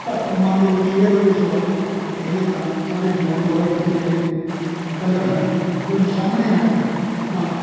ਪਰ ਮਨ ਦੇ ਵਿੱਚ ਫਿਰ ਉਹ ਹੀ ਸਵਾਲ ਕਿ ਇਹ ਤਾਂ ਸਾਰੇ ਫੋਨ ਦੁਆਰਾ ਖਿੱਚੇ ਗਏ ਕਲਰ ਹਨ ਜਦੋਂ ਸਾਹਮਣੇ ਆਏਗਾ ਤਾਂ